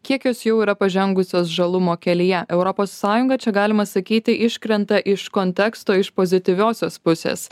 kiek jos jau yra pažengusios žalumo kelyje europos sąjunga čia galima sakyti iškrenta iš konteksto iš pozityviosios pusės